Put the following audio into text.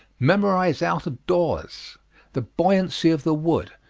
memorize out of doors the buoyancy of the wood,